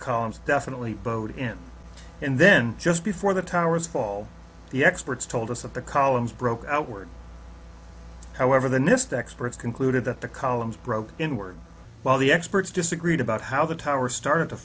columns definitely bowed in and then just before the towers fall the experts told us that the columns broke outward however the nist experts concluded that the columns broke inward while the experts disagreed about how the tower started to